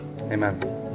Amen